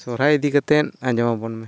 ᱥᱚᱨᱦᱟᱭ ᱤᱫᱤ ᱠᱟᱛᱮᱜ ᱟᱸᱡᱚᱢ ᱟᱵᱚᱱ ᱢᱮ